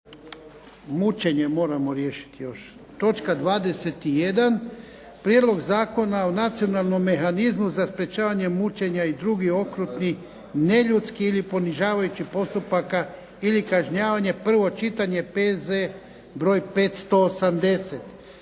Mučenje moramo riješiti još. Točka 21. –- Prijedlog Zakona o nacionalnom mehanizmu za sprječavanje mučenja i drugih okrutnih, neljudskih ili ponižavajućih postupaka ili kažnjavanja, prvo čitanje, P.Z. br. 580